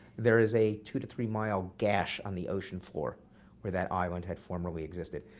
there is a two to three-mile gash on the ocean floor where that island had formerly existed.